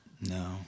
No